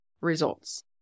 results